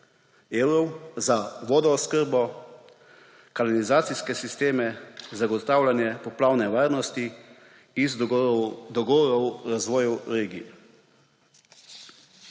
evrov za vodooskrbo, kanalizacijske sisteme, zagotavljanje poplavne varnosti iz dogovorov o razvoju regij.